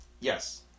Yes